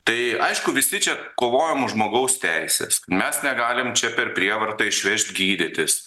tai aišku visi čia kovojam už žmogaus teises mes negalim čia per prievartą išvežt gydytis